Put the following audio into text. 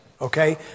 okay